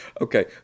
Okay